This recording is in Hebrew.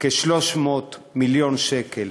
כ-300 מיליון שקל.